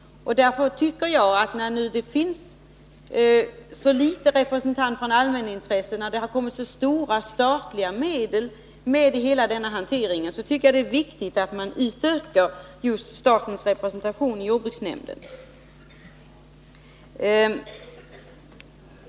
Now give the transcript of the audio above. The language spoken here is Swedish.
Eftersom det nu finns så få representanter för allmänintresset och så stora statliga medel kommit med i hela den här hanteringen, tycker jag att det är viktigt att utöka statens representation i jordbruksnämnden.